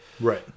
Right